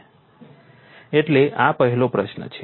એટલે આ પહેલો પ્રશ્ન છે